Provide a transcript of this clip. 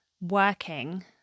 working